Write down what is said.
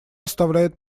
оставляет